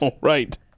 Right